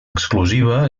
exclusiva